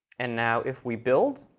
and now if we build,